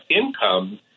income